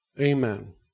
Amen